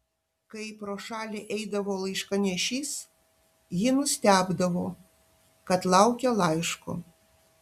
kai pro šalį eidavo laiškanešys ji nustebdavo kad laukia laiško